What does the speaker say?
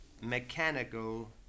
mechanical